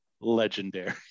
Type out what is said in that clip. legendary